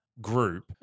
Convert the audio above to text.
group